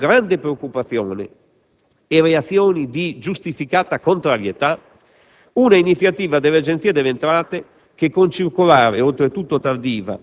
si è inserita, generando grande preoccupazione e reazioni di giustificata contrarietà, un'iniziativa dell'Agenzia delle entrate